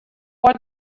what